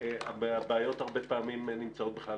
- הבעיות הרבה פעמים נמצאות באמצע.